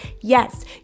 Yes